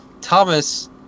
Thomas